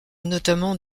notamment